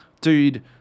dude